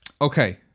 Okay